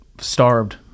starved